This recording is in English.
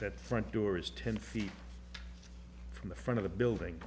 that front door is ten feet from the front of the building